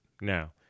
now